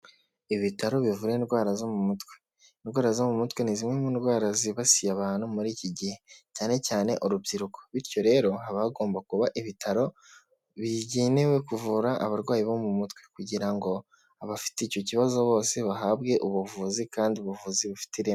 Ibitaro bivura indwara zo mu mutwe. Indwara zo mu mutwe ni zimwe mu ndwara zibasiye abantu muri iki gihe, cyane cyane urubyiruko, bityo rero haba hagomba kuba ibitaro bigenewe kuvura abarwayi bo mu mutwe kugira ngo abafite icyo kibazo bose bahabwe ubuvuzi kandi ubuvuzi bufite ireme.